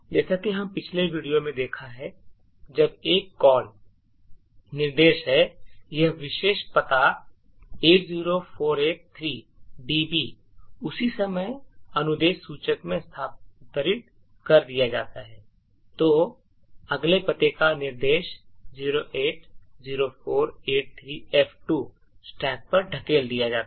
जैसा कि हमने पिछले वीडियो में देखा है जब एक कॉल निर्देश है यह विशेष पता 80483db उसी समय अनुदेश सूचक में स्थानांतरित कर दिया जाता है जो अगले पते का निर्देश 080483f2 stack पर धकेल दिया जाता है